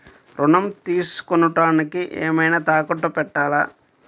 ఋణం తీసుకొనుటానికి ఏమైనా తాకట్టు పెట్టాలా?